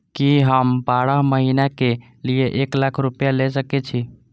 की हम बारह महीना के लिए एक लाख रूपया ले सके छी?